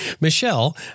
Michelle